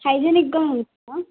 హైజెనిక్గా ఉంటుందా